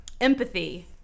empathy